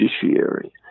judiciary